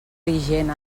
vigent